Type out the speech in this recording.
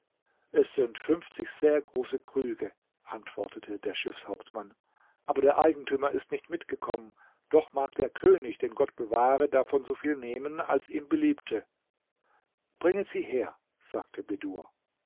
es sind fünfzig sehr große krüge antwortete der schiffshauptmann aber der eigentümer ist nicht mitgekommen doch mag der könig den gott bewahre davon so viel nehmen als ihm beliebte bringet sie her sagte bedur